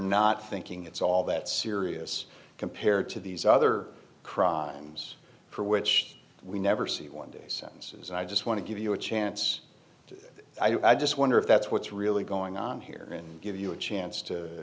not thinking it's all that serious compared to these other crimes for which we never see one day sentences and i just want to give you a chance i just wonder if that's what's really going on here and give you a chance to